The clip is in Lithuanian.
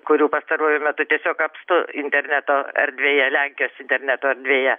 kurių pastaruoju metu tiesiog apstu interneto erdvėje lenkijos interneto erdvėje